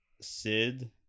Sid